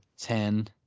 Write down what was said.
ten